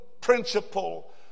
principle